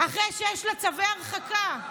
אחרי שיש צווי הרחקה.